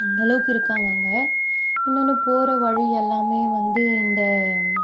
அந்த அளவுக்கு இருக்காங்க அங்கே இன்னொன்று போகிற வழியெல்லாமே வந்து இந்த